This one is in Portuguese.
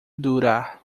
durar